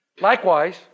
Likewise